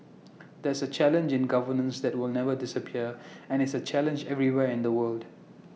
that's A challenge in governance that will never disappear and is A challenge everywhere in the world